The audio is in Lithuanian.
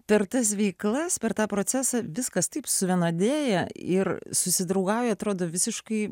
per tas veiklas per tą procesą viskas taip suvienodėja ir susidraugauja atrodo visiškai